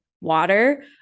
water